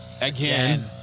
Again